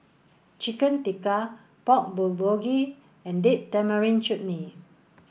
Chicken Tikka Pork Bulgogi and Date Tamarind Chutney